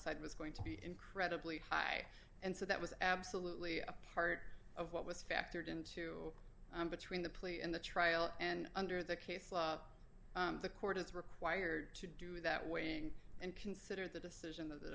homicide was going to be incredibly high and so that was absolutely a part of what was factored into between the plea in the trial and under the case law the court is required to do that weighing and consider the decision of the